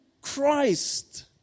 Christ